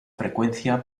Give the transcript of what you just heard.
frecuencia